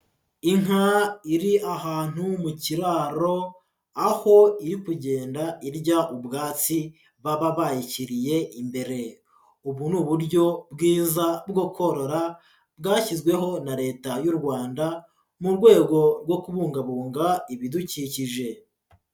Inka iri ahantu mu kiraro, aho iri kugenda irya ubwatsi baba bayishyiriye imbere. Ubu ni uburyo bwiza bwo korora bwashyizweho na Leta y'u Rwanda mu rwego rwo kubungabunga ibidukikije.